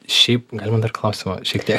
šiaip galima dar klausimą šiek tiek